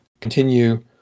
continue